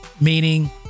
meaning